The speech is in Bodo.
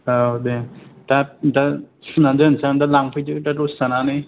औ दे दा दा सुनानै दोननोसाै आं दा लांफैदो दा दसे थानानै